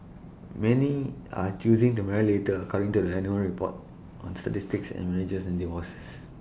many are choosing to marry later according to the annual report on statistics on marriages and divorces